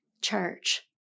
church